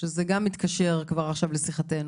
שזה מתקשר כבר עכשיו לשיחתנו.